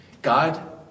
God